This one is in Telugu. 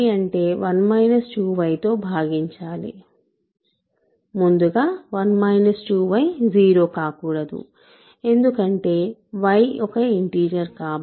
ముందుగా 1 2 y 0 కాకూడదు ఎందుకంటే y ఒక ఇంటిజర్ కాబట్టి